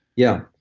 yeah.